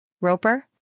Roper